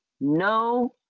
No